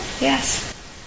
Yes